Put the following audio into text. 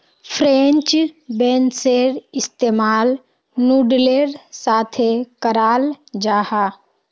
French बेंसेर इस्तेमाल नूडलेर साथे कराल जाहा